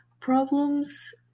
problems